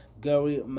Gary